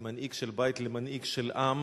ממנהיג של בית למנהיג של עם,